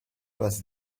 was